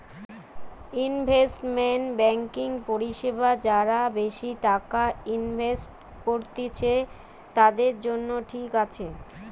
investment banking পরিষেবা যারা বেশি টাকা ইনভেস্ট করত্তিছে, তাদের জন্য ঠিক আছে